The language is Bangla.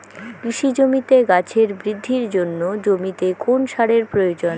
কৃষি জমিতে গাছের বৃদ্ধির জন্য জমিতে কোন সারের প্রয়োজন?